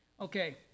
Okay